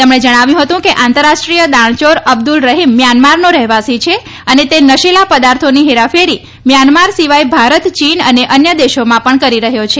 તેમણે જણાવ્યું હતું કે આંતરરાષ્ટ્રીય દાણચોર અબ્દુલ રહીમ મ્યામારનો રહેવાસી છે અને તે નશીલા પદાર્થોની હેરાફેરી મ્યાનમાર સિવાય ભારત ચીન અને અન્ય દેશોમાં પણ કરી રહ્યો છે